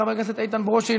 חבר הכנסת איתן ברושי,